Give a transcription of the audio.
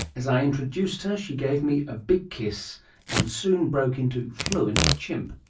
as i introduced her she gave me a big kiss and soon broke into fluent chimp.